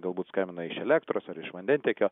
galbūt skambina iš elektros ar iš vandentiekio